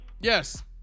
Yes